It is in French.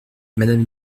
madame